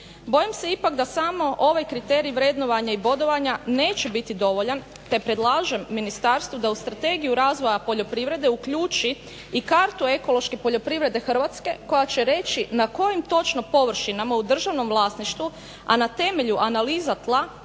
Bojim se ipak da samo ovaj kriterij vrednovanja i bodovanja neće biti dovoljan te predlažem ministarstvu da u strategiju razvoja poljoprivrede uključi i karatu ekološke poljoprivrede Hrvatske koja će reći na kojim točno površinama u državnom vlasništvu, a na temelju analiza tla